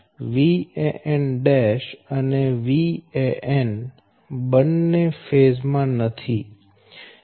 Van' અને Van બંને phase માં નથી